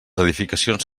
edificacions